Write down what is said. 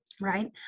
right